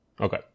Okay